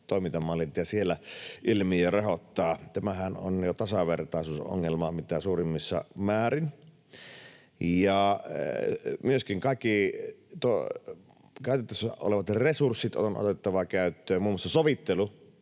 toimintamallit, ja siellä ilmiö rehottaa. Tämähän on jo tasavertaisuusongelma mitä suurimmissa määrin. Ja myöskin kaikki käytettävissä olevat resurssit on otettava käyttöön. Muun muassa sovittelu